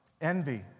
envy